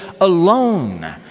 alone